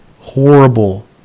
Horrible